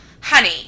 honey